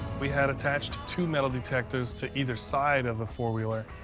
we had attached two metal detectors to either side of the four wheeler.